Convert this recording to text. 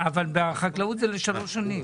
בסדר, אבל בחקלאות זה לשלוש שנים.